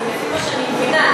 כי לפי מה שאני מבינה,